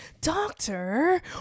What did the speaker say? doctor